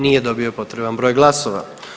Nije dobio potreban broj glasova.